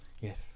Yes